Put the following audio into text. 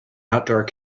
outdoor